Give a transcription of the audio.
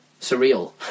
Surreal